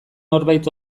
norbait